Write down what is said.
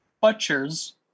Butchers